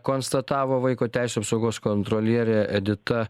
konstatavo vaiko teisių apsaugos kontrolierė edita